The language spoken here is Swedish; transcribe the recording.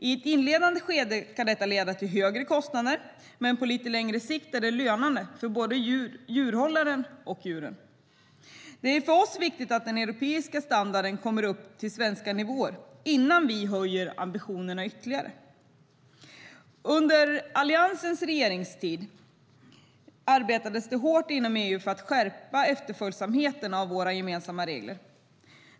I ett inledande skede kan det leda till högre kostnader, men på lite längre sikt är det lönande för både djurhållaren och djuren. För oss är det viktigt att den europeiska standarden kommer upp till svenska nivåer innan vi höjer ambitionerna ytterligare. Under Alliansens regeringstid arbetades det hårt inom EU för att skärpa efterlevnaden av våra gemensamma regler.